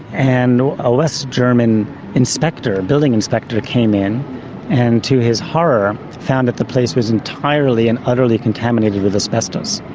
and a west german inspector, building inspector, came in and to his horror found that the place was entirely and utterly contaminated with asbestos.